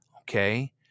Okay